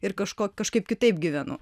ir kažko kažkaip kitaip gyvenu